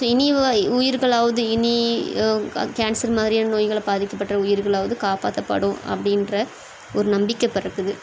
so இனி வ உயிர்களாவது இனி கேன்சர் மாதிரியான நோய்களை பாதிக்கப்பட்ட உயிர்களாவது காப்பாற்றப்படும் அப்படின்ற ஒரு நம்பிக்கை பிறக்குது